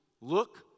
look